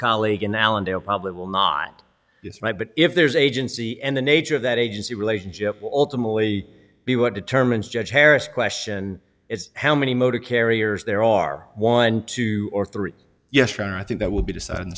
colleague in allendale probably will not write but if there's agency and the nature of that agency relationship will ultimately be what determines judge harris question is how many motor carriers there are twelve or three yes i think that will be decided